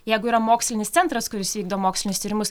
jeigu yra mokslinis centras kuris vykdo mokslinius tyrimus